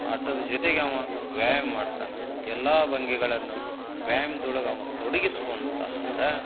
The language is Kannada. ಆಟದ ಜೊತೆಗೆ ಅವ ವ್ಯಾಯಾಮ ಮಾಡ್ತಾನೆ ಎಲ್ಲ ಭಂಗಿಗಳನ್ನು ವ್ಯಾಯಾಮ್ದೊಳಗೆ ಅವ ತೊಡಗಿಸಿಕೊಂತಾನಂದ್ರೆ